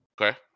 Okay